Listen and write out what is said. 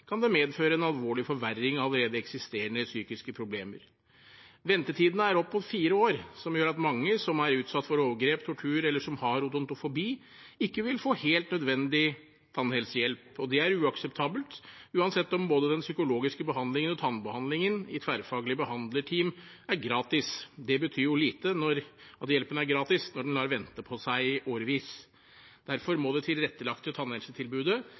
kan det medføre en alvorlig forverring av allerede eksisterende psykiske problemer. Ventetidene er opp mot fire år, noe som gjør at mange som er utsatt for overgrep eller tortur, eller som har odontofobi, ikke vil få helt nødvendig tannhelsehjelp. Det er uakseptabelt, uansett om både den psykologiske behandlingen og tannbehandlingen i tverrfaglige behandlerteam er gratis. Det betyr jo lite at hjelpen er gratis når den lar vente på seg i årevis. Derfor må det tilrettelagte tannhelsetilbudet